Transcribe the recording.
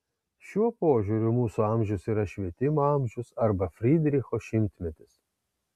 šiuo požiūriu mūsų amžius yra švietimo amžius arba frydricho šimtmetis